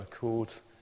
called